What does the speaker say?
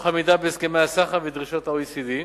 תוך עמידה בהסכמי הסחר ודרישות ה-OECD.